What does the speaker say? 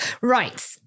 Right